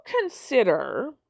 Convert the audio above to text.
consider